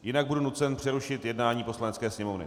Jinak budu nucen přerušit jednání Poslanecké sněmovny.